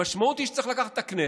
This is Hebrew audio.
המשמעות היא שצריך לקחת את הכנסת,